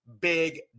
big